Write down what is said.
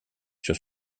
sur